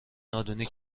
نادونی